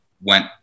went